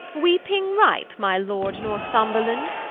weeping ripe, my lord northumberland?